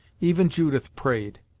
even judith prayed.